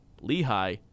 Lehigh